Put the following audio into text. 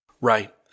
Right